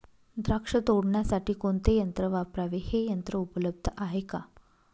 द्राक्ष तोडण्यासाठी कोणते यंत्र वापरावे? हे यंत्र उपलब्ध आहे का?